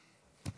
זה לא בחינם.